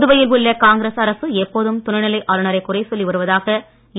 புதுவையில் உள்ள காங்கிரஸ் அரசு எப்போதும் துணைநிலை ஆளுநரை குறை சொல்லி வருவதாக என்